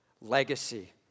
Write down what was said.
Legacy